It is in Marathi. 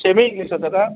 सेमी इंग्लिश होतं का